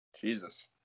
Jesus